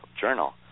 journal